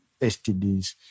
STDs